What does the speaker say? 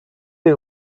you